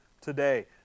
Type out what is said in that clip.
today